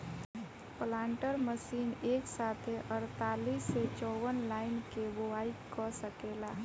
planter machine एक साथे अड़तालीस से चौवन लाइन के बोआई क सकेला